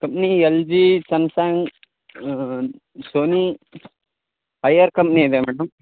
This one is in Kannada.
company L G Samsung Sony ಐಯರ್ ಕಂಪ್ನಿ ಇದೆ ಮೇಡಮ್